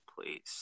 please